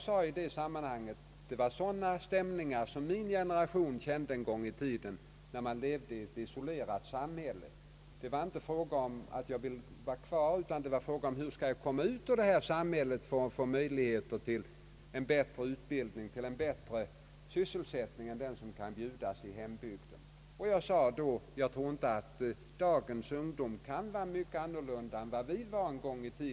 I det sammanhanget talade jag om sådana stämningar som vi i min generation kände en gång när vi levde i ett isolerat samhälle. Det var för oss inte fråga om att stanna kvar i hembygden, utan det gällde hur vi skulle kunna komma ut och få möjlighet till en bättre utbildning, en bättre sysselsättning än den som kunde bjudas i vår hembygd. Jag sade vid partikongressen att jag inte tror att dagens ungdom är mycket annorlunda än vad vi var en gång.